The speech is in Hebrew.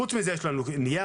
חוץ מזה יש לנו נייר,